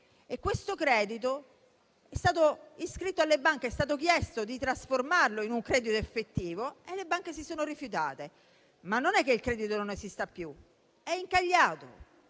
E questo credito è stato iscritto alle banche: è stato chiesto di trasformarlo in un credito effettivo e le banche si sono rifiutate; non è che il credito non esista più, ma è incagliato.